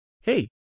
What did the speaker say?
Hey